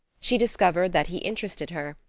she discovered that he interested her,